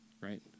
Right